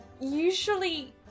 usually